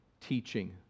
teaching